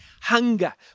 hunger